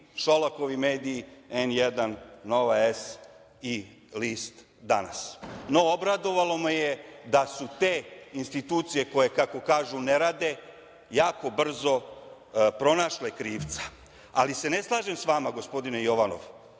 Šolakovi mediji N1, „Nova S“, list „Danas“. No, obradovalo me je da su te institucije koje, kako kažu, ne rade jako brzo pronašle krivca, ali se ne slažem sa vama, gospodine Jovanov,